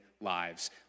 lives